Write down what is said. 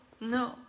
no